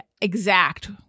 exact